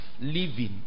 Living